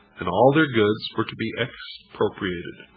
and all their goods were to be expropriated.